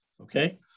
Okay